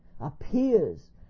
appears